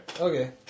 Okay